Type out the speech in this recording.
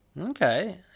Okay